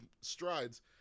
strides